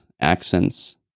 accents